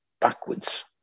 backwards